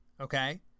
okay